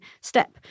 step